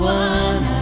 one